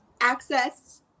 access